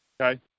okay